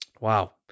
Wow